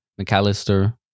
McAllister